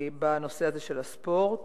בנושא הזה של הספורט.